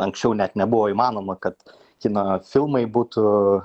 anksčiau net nebuvo įmanoma kad kino filmai būtų